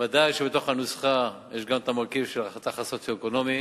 ודאי שבתוך הנוסחה יש גם המרכיב של החתך הסוציו-אקונומי,